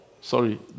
Sorry